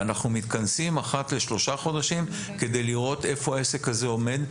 ואנחנו מתכנסים אחת לשלושה חודשים כדי לראות איפה העסק הזה עומד.